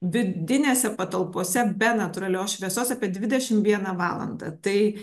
vidinėse patalpose be natūralios šviesos apie dvidešim vieną valandą tai